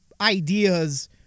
ideas